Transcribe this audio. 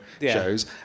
shows